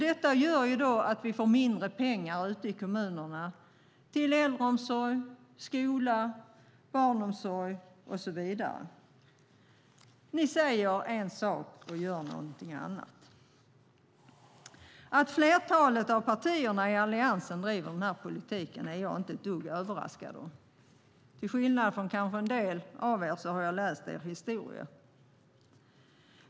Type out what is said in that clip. Detta gör att det finns mindre pengar ute i kommunerna till äldreomsorg, skola, barnomsorg och så vidare. Ni säger en sak och gör någonting annat. Att flertalet av partierna i Alliansen driver denna politik är jag inte dugg överraskad av. Till skillnad från kanske en del av er har jag läst er historia.